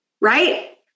right